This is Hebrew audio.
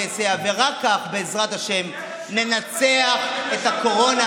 רק כך, בעזרת השם, ננצח את הקורונה,